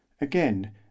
Again